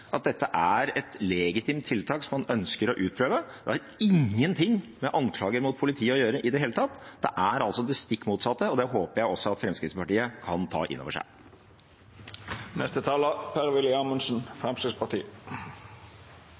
at dette er et legitimt tiltak som man ønsker å utprøve. Det har ingenting med anklager mot politiet å gjøre i det hele tatt. Det er altså det stikk motsatte, og det håper jeg også at Fremskrittspartiet kan ta inn over